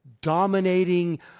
dominating